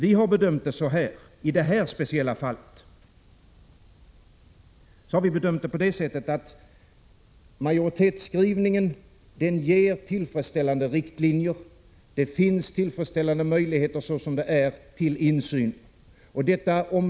I det här speciella fallet har vi bedömt saken så att majoritetsskrivningen ger tillfredsställande riktlinjer, att det finns tillfredsställande möjligheter till insyn så som det är.